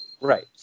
right